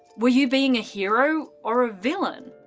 were you being a hero, or a villain?